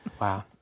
Wow